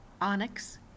onyx